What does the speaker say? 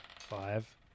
five